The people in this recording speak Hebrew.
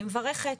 אני מברכת,